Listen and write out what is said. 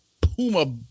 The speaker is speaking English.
Puma